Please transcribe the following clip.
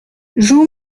joue